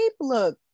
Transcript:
look